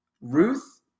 Ruth